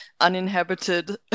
uninhabited